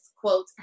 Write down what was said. quote